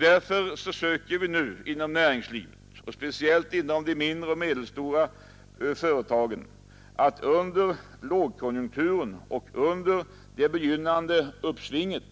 Därför strävar man nu inom näringslivet, och speciellt inom de mindre och medelstora företagen, att under lågkonjunktur och under det begynnande uppsvinget